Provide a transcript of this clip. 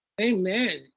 Amen